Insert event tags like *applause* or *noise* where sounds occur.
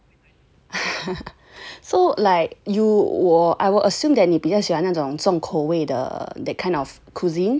*laughs* so like you I will assume that 你比较喜欢那种重口味的 that kind of cuisine or